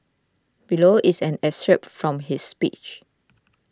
below is an excerpt from his speech